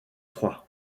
froid